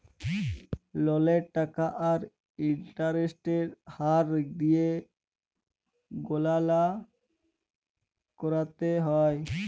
ললের টাকা আর ইলটারেস্টের হার দিঁয়ে গললা ক্যরতে হ্যয়